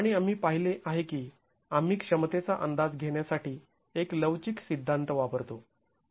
आणि आम्ही पाहिले आहे की आम्ही क्षमतेचा अंदाज घेण्यासाठी एक लवचिक सिद्धांत वापरतो